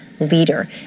leader